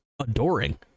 adoring